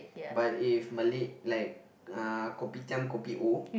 but if Malay like uh kopitiam kopi O